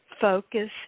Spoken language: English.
focus